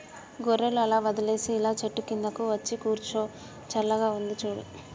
గొర్రెలు అలా వదిలేసి ఇలా చెట్టు కిందకు వచ్చి కూర్చో చల్లగా ఉందో చూడు